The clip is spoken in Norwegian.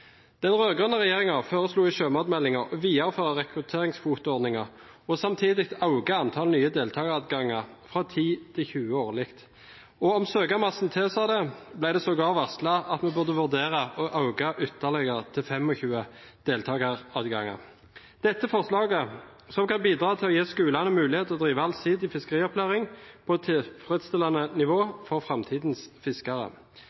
Den rød-grønne regjeringen foreslo i sjømatmeldingen å videreføre rekrutteringskvoteordningen og samtidig øke antall nye deltakeradganger fra 10 til 20 årlig. Det ble sågar varslet at en burde, om søkermassen tilsa det, vurdere å øke ytterligere til 25 deltakeradganger. Dette forslaget kan bidra til å gi skolene mulighet til å drive allsidig fiskeriopplæring på et tilfredsstillende nivå for framtidens fiskere.